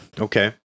Okay